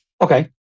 Okay